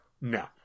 No